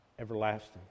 everlasting